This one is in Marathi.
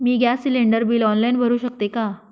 मी गॅस सिलिंडर बिल ऑनलाईन भरु शकते का?